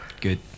good